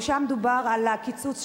ושם דובר על קיצוץ התורנויות.